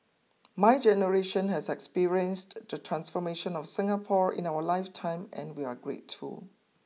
my generation has experienced the transformation of Singapore in our life time and we are grateful